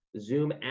Zoom